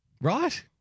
Right